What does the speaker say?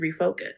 refocus